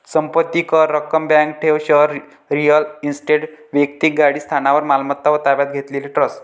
संपत्ती कर, रक्कम, बँक ठेव, शेअर्स, रिअल इस्टेट, वैक्तिक गाडी, स्थावर मालमत्ता व ताब्यात घेतलेले ट्रस्ट